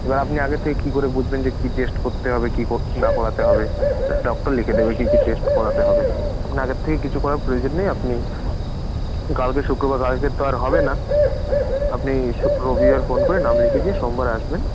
এবার আপনি আগের থেকে কী করে বুঝবেন যে কী টেস্ট করতে হবে কী কো না করাতে হবে সেটা ডক্টর লিখে দেবে কী কী টেস্ট করাতে হবে আপনার আগে থেকে কিছু করার প্রয়োজন নেই আপনি কালকে শুক্রবার আজকে তো আর হবে না আপনি শু রবিবার ফোন করে নাম লিখিয়ে দিয়ে সোমবার আসবেন